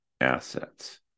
assets